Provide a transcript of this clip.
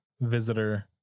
visitor